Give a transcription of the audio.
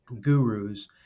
gurus